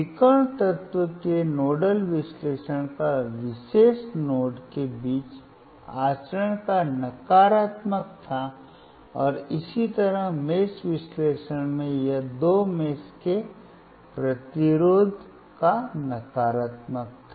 विकर्ण तत्व के नोडल विश्लेषण का विशेष नोड्स के बीच आचरण का नकारात्मक था और इसी तरह मेष विश्लेषण में यह दो मेष के प्रतिरोध का नकारात्मक था